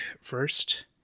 first